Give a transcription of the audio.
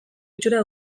itxura